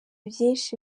byinshi